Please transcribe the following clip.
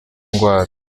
ndwara